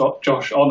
Josh